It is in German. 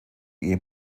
ehe